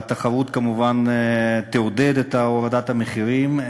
והתחרות כמובן תעודד את הורדת המחירים,